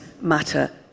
matter